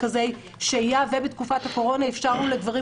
מרכזי שהייה ובתקופת הקורונה אפשרנו לגברים